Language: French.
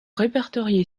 répertoriées